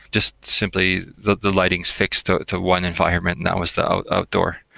just simply the the lightings fixed ah to one environment, and that was the ah outdoor.